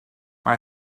mae